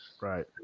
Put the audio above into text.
Right